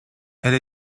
elle